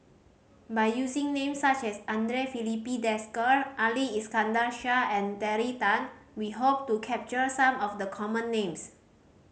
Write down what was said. by using names such as Andre Filipe Desker Ali Iskandar Shah and Terry Tan we hope to capture some of the common names